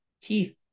teeth